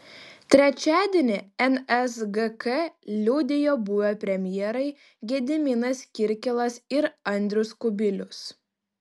trečiadienį nsgk liudijo buvę premjerai gediminas kirkilas ir andrius kubilius